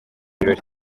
birori